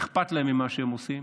אכפת להם ממה שהם עושים,